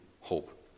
hope